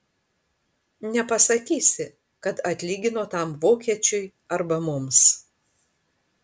nepasakysi kad atlygino tam vokiečiui arba mums